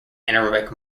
anaerobic